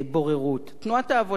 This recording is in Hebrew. תנועת העבודה, לעומת זאת,